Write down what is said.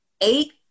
eight